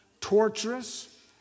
torturous